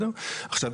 עכשיו,